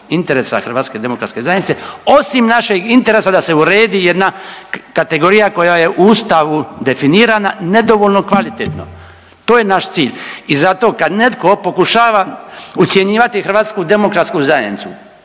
interesa HDZ-a. Osim našeg interesa da se uredi jedna kategorija koja je u Ustavu definirana nedovoljno kvalitetno. To je naš cilj. I zato kad netko pokušava ucjenjivati HDZ kako mora pristati